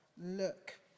look